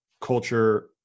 culture